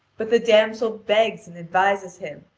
but the damsel begs and advises him,